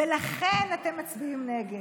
ולכן אתם מצביעים נגד.